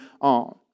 on